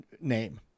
name